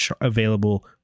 available